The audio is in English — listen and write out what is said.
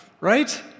right